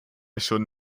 schon